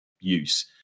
use